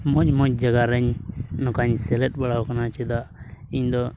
ᱢᱚᱡᱽᱼᱢᱚᱡᱽ ᱡᱟᱭᱜᱟᱨᱮᱧ ᱱᱚᱝᱠᱟᱧ ᱥᱮᱞᱮᱫ ᱵᱟᱲᱟᱣ ᱠᱟᱱᱟ ᱪᱮᱫᱟᱜ ᱤᱧ ᱫᱚ